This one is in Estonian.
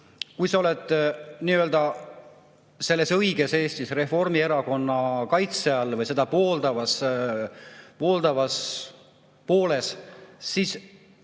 kui sa oled nii-öelda selles õiges Eestis, Eestis Reformierakonna kaitse all või seda pooldavas pooles, siis